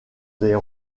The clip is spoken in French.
des